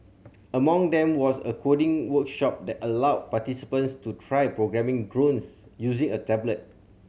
among them was a coding workshop that allowed participants to try programming drones using a tablet